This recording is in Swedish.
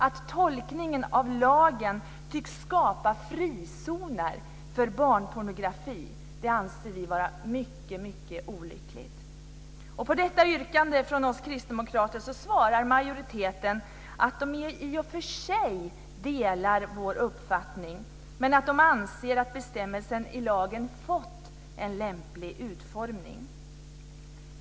Att tolkningen av lagen tycks skapa frizoner för barnpornografi anser vi vara mycket olyckligt. På detta yrkande från oss kristdemokrater svarar majoriteten att man i och för sig delar vår uppfattning, men att man anser att bestämmelsen i lagen har fått en lämplig utformning.